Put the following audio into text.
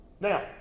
Now